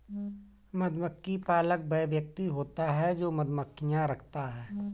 मधुमक्खी पालक वह व्यक्ति होता है जो मधुमक्खियां रखता है